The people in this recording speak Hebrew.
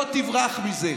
לא תברח מזה.